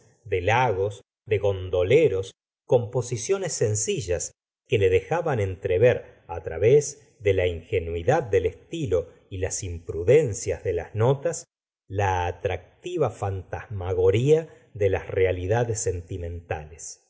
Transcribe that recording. de lagos de gondoleros composicionds sencillas que le dejaban entrever á través de la ingenuidad del estilo y las imprudencias de las notas la atractiva fantasmagoría de las realidades sentimentales